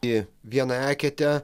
į vieną eketę